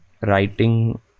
writing